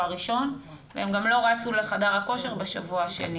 הראשון והם גם לא רצו לחדר הכושר בשבוע השני,